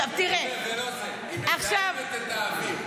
לא, אני אומר שזה לא זה, היא מזהמת את האוויר.